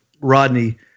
Rodney